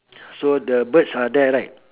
so the birds are there right